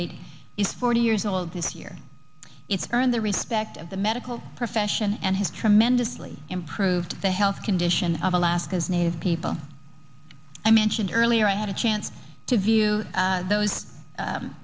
eight is forty years old this year it's earned the respect of the medical profession and has tremendously improved the health condition of alaska's native people i mentioned earlier i had a chance to view those